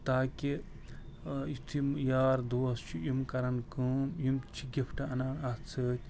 تاکہِ یتھ یِم یار دوس چھِ یِم کرن کٲم یِم چھِ گِفٹ انان اتھ سۭتۍ